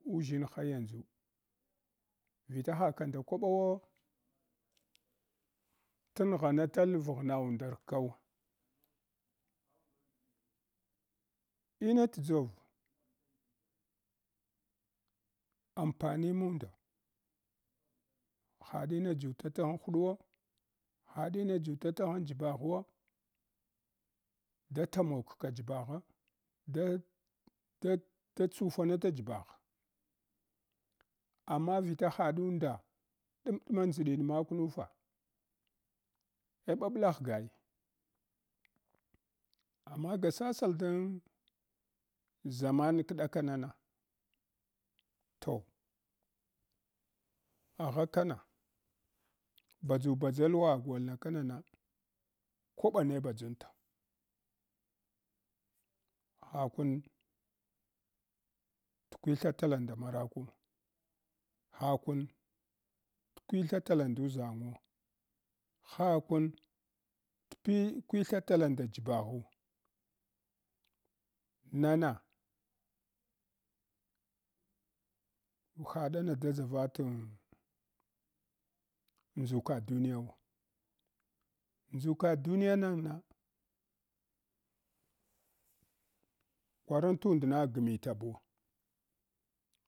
Uʒshinha yanʒu vita hala nda kwabawo tenghanatal vaghna undarh kal iha tdʒou ampanimunda hadina yuta taghn huduwo hadina juda tagha jibaghwo da tamoka jibagho da da tsufanala jibagh amma vita hadunda da damduma ndʒdin makunuʒa eh babla ghgai amma ba sasal dan ʒaman kdakomanana toh aghdka na badʒubadʒa huwa golna kanana kwabane badʒnta hakun lkwatha tala nda maraku hakun t kutha tala nduʒangu hakun t pi kwitha tala nda jibaghu nana ubadana d dʒaratn ndʒuka duniyau nduka duniyanana kwarantandna gmita bu.